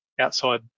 outside